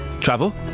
travel